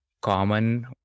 common